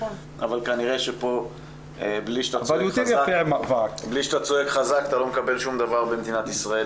אבל כנראה שפה בלי שאתה צועק חזק אתה לא מקבל שום דבר במדינת ישראל,